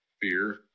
fear